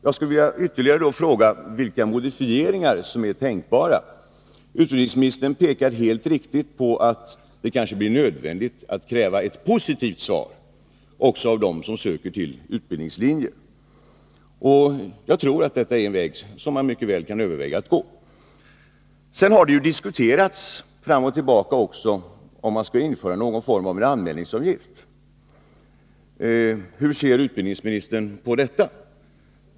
Jag skulle vilja ställa ytterligare en fråga: Vilka modifieringar av systemet är tänkbara? Utbildningsministern påpekar helt riktigt att det kanske blir nödvändigt att kräva ett positivt svar också från dem som söker till utbildningslinjer. Jag tror att detta är en väg som man mycket väl kan överväga att gå. Det har också diskuterats fram och tillbaka om man skall införa någon form av anmälningsavgift. Hur ser utbildningsministern på detta?